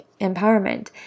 empowerment